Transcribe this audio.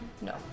No